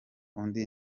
undi